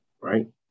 right